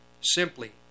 simply